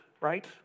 right